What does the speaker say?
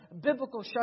biblical